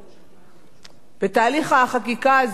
ותהליך החקיקה הזה היה,